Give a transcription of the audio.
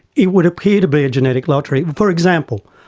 it would appear to be a genetic lottery. for example,